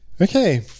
okay